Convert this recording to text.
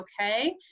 okay